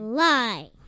lie